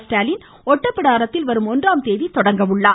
ஸ்டாலின் ஒட்டப்பிடாரத்தில் வரும் ஒன்றாம் தேதி தொடங்குகிறார்